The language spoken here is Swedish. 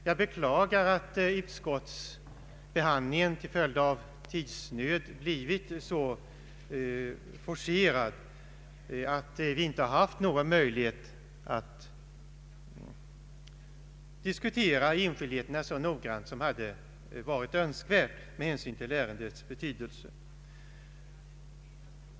Jag beklagar att utskottsbehandlingen till följd av tidsnöd blivit så forcerad att vi inte har haft möjlighet att diskutera enskildheterna i propositionen så noggrant som hade varit önskvärt med hänsyn till ärendets betydelse.